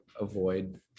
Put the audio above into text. avoid